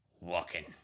walking